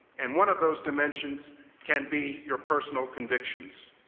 and one of those dimensions can be your personal convictions.